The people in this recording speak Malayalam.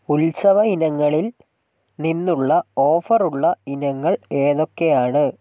ഉത്സവ ഇനങ്ങളിൽ നിന്നുള്ള ഓഫർ ഉള്ള ഇനങ്ങൾ ഏതൊക്കെയാണ്